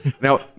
Now